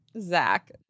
Zach